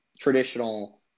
traditional